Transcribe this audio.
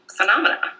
Phenomena